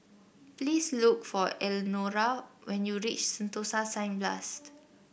please look for Elnora when you reach Sentosa Cineblast